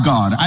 God